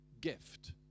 gift